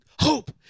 Hope